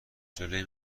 جلوی